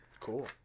Cool